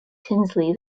tinsley